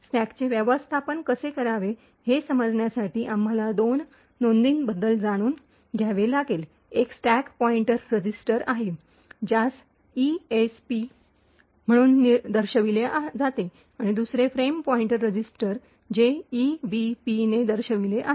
स्टॅकचे व्यवस्थापन कसे करावे हे समजण्यासाठी आम्हाला दोन नोंदींबद्दल जाणून घ्यावे लागेल एक स्टॅक पॉईंटर रजिस्टर आहे ज्यास ईएसपी म्हणून दर्शविले जाते आणि दुसरे फ्रेम पॉईंटर रजिस्टर जे ईबीपी ने दर्शविलेले आहे